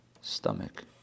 stomach